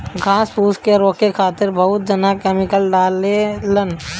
घास फूस के रोके खातिर बहुत जना केमिकल डालें लन